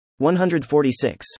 146